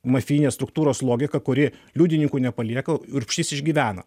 mafijinės struktūros logika kuri liudininkų nepalieka urbšys išgyvena